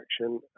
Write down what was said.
action